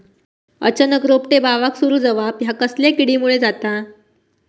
अचानक रोपटे बावाक सुरू जवाप हया कसल्या किडीमुळे जाता?